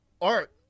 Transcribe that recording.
art